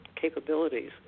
capabilities